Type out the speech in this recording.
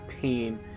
pain